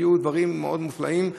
והיו דברים מאוד מופלאים,